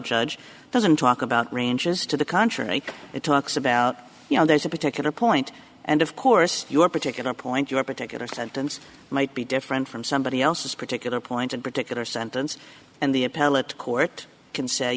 judge doesn't talk about ranges to the contrary it talks about you know there's a particular point and of course your particular point your particular sentence might be different from somebody else's particular point and particular sentence and the appellate court can say